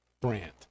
brand